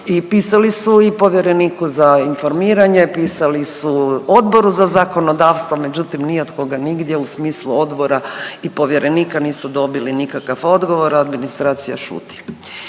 pisali su i povjereniku za informiranje, pisali su Odboru za zakonodavstvo međutim ni od koga nigdje u smislu odbora i povjerenika nisu dobili nikakav odgovor, administracija šuti.